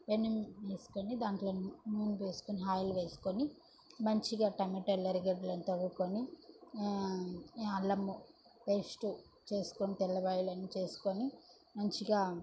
వెనుం వేస్కుని దాంట్లో నూనె వేసుకొని ఆయిల్ వేసుకొని మంచిగా టమాటాలు ఎర్రగడ్డలనంతా తరుక్కొని అల్లము పేస్టు చేసుకొని తెల్లగాయలన్ని చేసుకొని మంచిగా